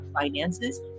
finances